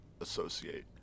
associate